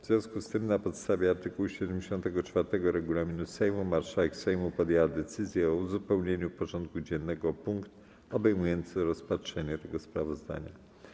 W związku z tym na podstawie art. 74 regulaminu Sejmu marszałek Sejmu podjęła decyzję o uzupełnieniu porządku dziennego o punkt obejmujący rozpatrzenie tego sprawozdania.